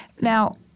Now